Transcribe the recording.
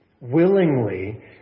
willingly